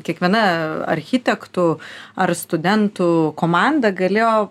kiekviena architektų ar studentų komanda galėjo